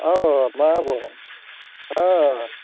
औ मा बुं